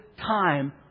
time